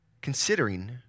considering